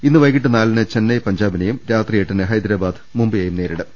ഇന്ന് വൈകീട്ട് നാലിന് ചെന്നൈ പഞ്ചാബിനെയും രാത്രി എട്ടിന് ഹൈദരാബാദ് മുംബൈ യെയും നേരിടും